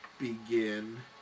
begin